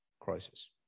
crisis